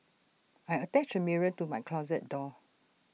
I attached A mirror to my closet door